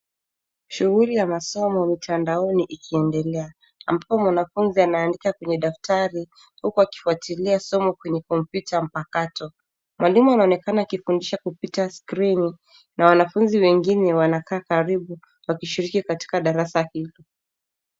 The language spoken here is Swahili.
Shughuli ya masomo mitandaoni ikiendelea, ambapo mwanafunzi anaandika kwenye daftari huku akifuatilia somo kwenye kompyuta mpakato. Mwalimu anaonekana akifundisha kupita skrini na wanafunzi wengine wanakaa karibu wakishiriki katika darasa hili.